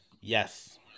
Yes